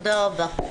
תודה רבה.